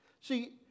See